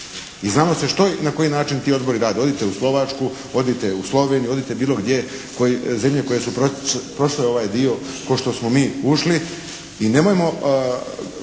i znalo se što i na koji način ti odbori rade. Odite u Slovačku, odite u Sloveniju, odite bilo gdje zemlje koje su prošle ovaj dio kao što smo mi ušli i nemojmo.